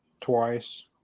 twice